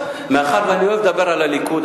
מאחר שאני אוהב לדבר על הליכוד,